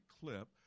clip